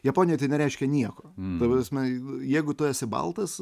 japonijoj tai nereiškia nieko ta prasme jeigu tu esi baltas